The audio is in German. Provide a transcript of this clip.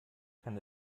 kann